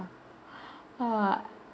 uh